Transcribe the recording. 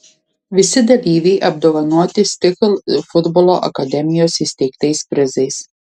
visi dalyviai apdovanoti stihl futbolo akademijos įsteigtais prizais